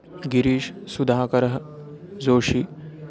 गिरीशः सुधाकरः जोषि